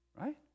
Right